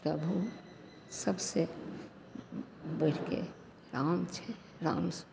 तब हमसभ से बढ़िके राम छै राम